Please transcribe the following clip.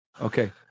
okay